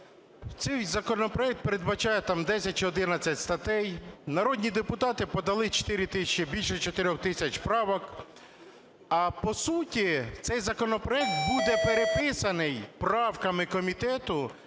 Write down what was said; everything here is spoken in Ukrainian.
Цей законопроект передбачає там 10 чи 11 статей. Народні депутати подали 4 тисячі, більше 4 тисяч правок. А по суті, цей законопроект буде переписаний правками комітету,